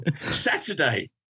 Saturday